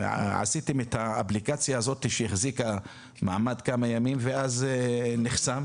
עשיתם את האפליקציה שהחזיקה מעמד כמה ימים והיא נחסמה.